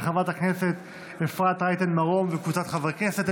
של חברת הכנסת אפרת רייטן מרום וקבוצת חברי הכנסת.